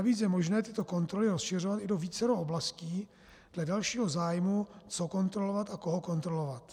Navíc je možné tyto kontroly rozšiřovat i do vícero oblastí dle dalšího zájmu, co kontrolovat a koho kontrolovat.